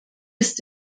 ist